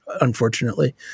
unfortunately